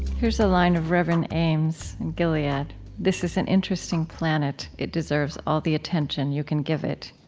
here's a line of reverend ames in gilead this is an interesting planet. it deserves all the attention you can give it.